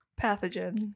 Pathogen